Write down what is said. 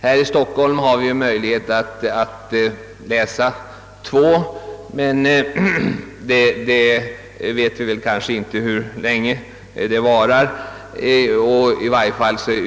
Här i Stockholm har vi ju möjlighet att läsa två tidningar på morgonen — men vi vet inte hur länge det kommer att vara fallet.